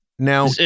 Now